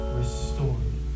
restored